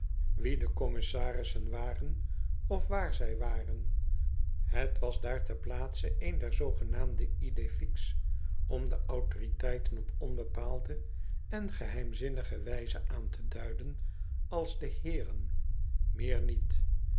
wie de commissarissen waren of waar zij waren t was daar ter plaatse een der zoogenaamde idees fixes om de autoriteiten op onbepaalde en geheimzinnige wijze aan te duiden als de heeren meer niet